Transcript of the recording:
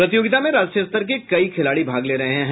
प्रतियोगिता में राष्ट्रीय स्तर के कई खिलाड़ी भाग ले रहे हैं